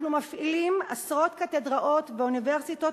אנחנו מפעילים עשרות קתדראות באוניברסיטאות